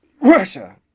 Russia